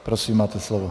Prosím, máte slovo.